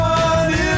one